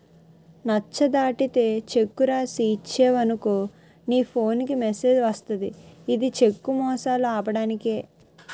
నచ్చ దాటితే చెక్కు రాసి ఇచ్చేవనుకో నీ ఫోన్ కి మెసేజ్ వస్తది ఇది చెక్కు మోసాలు ఆపడానికే